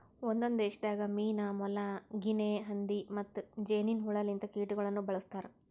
ಒಂದೊಂದು ದೇಶದಾಗ್ ಮೀನಾ, ಮೊಲ, ಗಿನೆ ಹಂದಿ ಮತ್ತ್ ಜೇನಿನ್ ಹುಳ ಲಿಂತ ಕೀಟಗೊಳನು ಬಳ್ಸತಾರ್